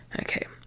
Okay